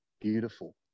beautiful